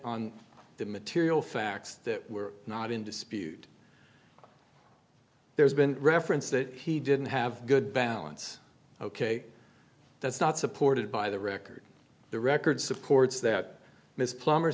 on the material facts that were not in dispute there's been reference that he didn't have a good balance ok that's not supported by the record the record supports that miss plummer